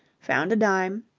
found a dime,